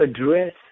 address